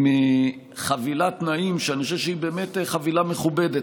עם חבילת תנאים שאני חושב שהיא באמת חבילה מכובדת,